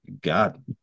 God